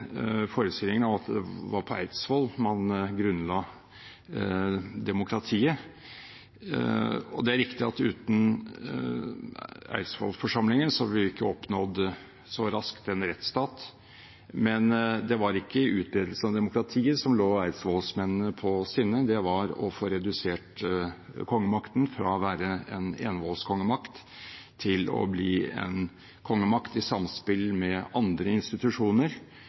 forestillingen at det var på Eidsvoll man grunnla demokratiet. Det er riktig at uten Eidsvolls-forsamlingen ville vi ikke så raskt oppnådd en rettsstat, men det var ikke utbredelse av demokratiet som lå eidsvollsmennene på hjertet, det var å få redusert kongemakten fra å være en enevoldskongemakt til å bli en kongemakt i samspill med andre institusjoner,